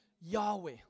Yahweh